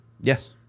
Yes